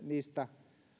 niistä